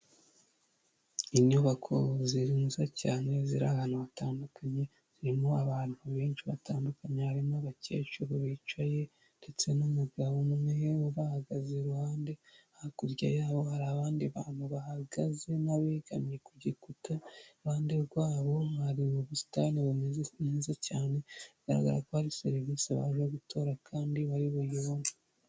Inyubako nziza cyane ziri ahantu hatandukanye, zirimo abantu benshi batandukanye, harimo abakecuru bicaye ndetse n'umugabo umwe ubahagaze iruhande, hakurya yaho hari abandi bantu bahagaze n'abegamye ku gikuta, iruhande rwabo bari mu busitani bumeze neza cyane, bigaragara ko hari serivisi baje gutora kandi bari buyibone.